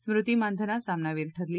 स्मृती मांनधना सामनावीर ठरली